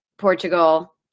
Portugal